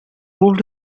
moved